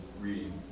reading